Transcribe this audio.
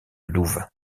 louvain